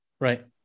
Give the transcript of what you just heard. Right